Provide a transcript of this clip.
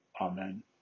amen